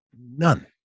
none